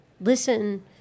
listen